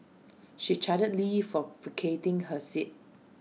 she chided lee for vacating her seat